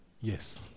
Yes